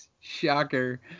shocker